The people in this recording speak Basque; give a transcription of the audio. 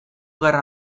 gerra